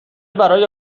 برای